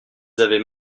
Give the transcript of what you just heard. avaient